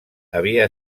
havia